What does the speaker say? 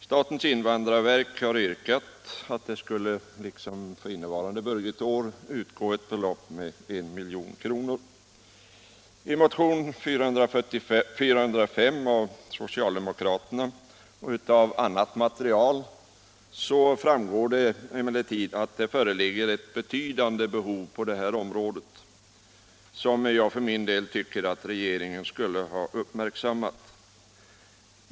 Statens invandrarverk har yrkat att det liksom för innevarande budgetår skall utgå ett belopp på 1 milj.kr. Av den socialdemokratiska motionen 1976/77:405 och av annat material framgår att det föreligger ett betydande behov på detta område, vilket jag för min del tycker att regeringen borde ha uppmärksammat.